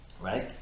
right